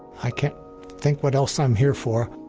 i can't think what else i'm here for.